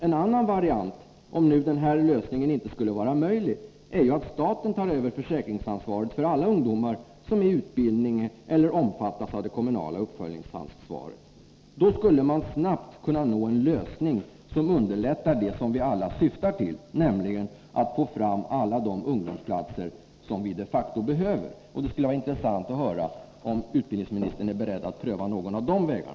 En annan variant — om den skisserade lösningen inte skulle vara möjlig — är att staten tar över försäkringsansvaret för alla ungdomar som är i utbildning eller omfattas av det kommunala uppföljningsansvaret. Då skulle man snabbt kunna nå en lösning som underlättar det som vi alla syftar till, nämligen att få fram alla de ungdomsplatser som vi de facto behöver. Det skulle vara intressant att höra om utbildningsministern är beredd att pröva någon av dessa vägar.